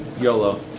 YOLO